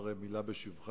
יכול להיות שבמקום